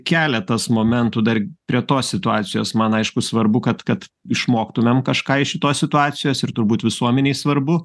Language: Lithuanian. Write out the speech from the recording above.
keletas momentų dar prie tos situacijos man aišku svarbu kad kad išmoktumėm kažką iš šitos situacijos ir turbūt visuomenei svarbu